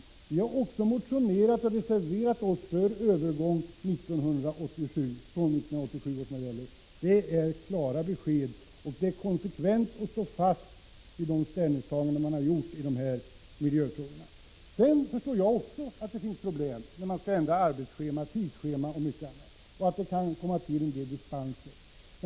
Vi har också motionerat om och reserverat oss för en övergång från 1987 års bilmodeller. Det är klara besked, och det är konsekvent att stå fast vid de ställningstaganden man har gjort i dessa miljöfrågor. Jag förstår också att det finns problem när man skall ändra arbetsschema, tidsschema m.m. och att det kan bli fråga om dispenser.